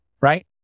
right